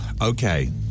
Okay